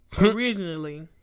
originally